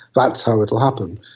that's how it will happen.